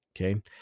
okay